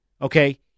okay